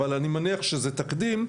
אבל אני מניח שזה תקדים,